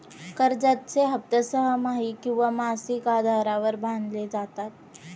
कर्जाचे हप्ते सहामाही किंवा मासिक आधारावर बांधले जातात